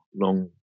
long